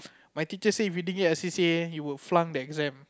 my teacher say if you didn't get a C_C_A you will flunk the exam